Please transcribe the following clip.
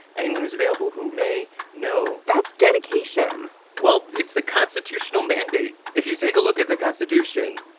anyone who is available who may know that's dedication. well, it's a constitutional mandate. if you take a look at the constitution,